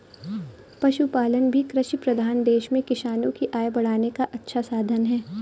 पशुपालन भी कृषिप्रधान देश में किसानों की आय बढ़ाने का अच्छा साधन है